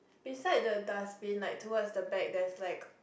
beside the dustbin like towards the bags that is like